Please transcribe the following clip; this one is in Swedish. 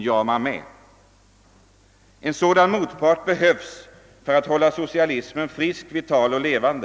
jamar med. En sådan motpart behövs för att hålla socialismen frisk, vital och levande.